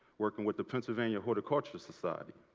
working with the pennsylvania horticulture society.